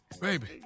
Baby